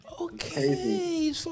okay